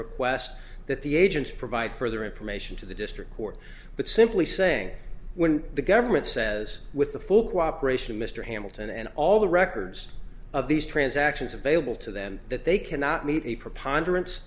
request that the agents provide further information to the district court but simply saying when the government says with the full cooperation mr hamilton and all the records of these transactions available to them that they cannot meet a preponderance